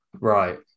Right